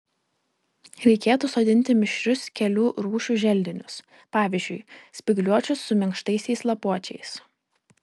reikėtų sodinti mišrius kelių rūšių želdinius pavyzdžiui spygliuočius su minkštaisiais lapuočiais